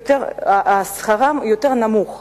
שכרן יותר נמוך